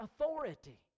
authority